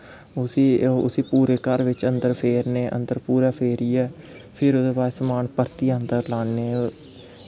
उस्सी पूरे घर बिच्च अन्दर फेरने अन्दर पूरै फेरियै फिर समान ओह्दै बाद परतियै लान्ने